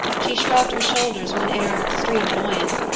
she shrugged her shoulders with an air of extreme annoyance,